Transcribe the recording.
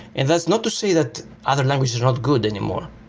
and that's not to say that other languages are not good anymore.